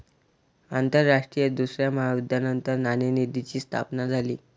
आंतरराष्ट्रीय दुसऱ्या महायुद्धानंतर नाणेनिधीची स्थापना झाली